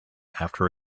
after